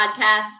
podcast